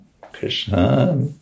Krishna